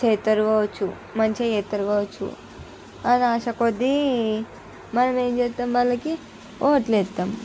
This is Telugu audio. చేస్తారు కావచ్చు మంచిగా చేస్తారు కావచ్చు అని ఆశ కొద్ది మనమేం చేస్తాం వాళ్ళకి ఓట్లేస్తాం